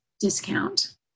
discount